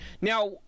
Now